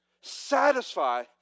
satisfy